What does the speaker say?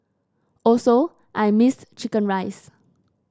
also I missed chicken rice